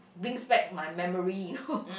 brings back my memory